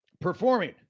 performing